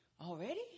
already